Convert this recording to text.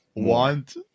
Want